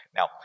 Now